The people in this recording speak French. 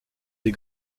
des